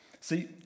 See